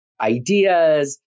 ideas